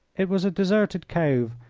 it was a deserted cove,